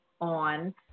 on